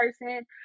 person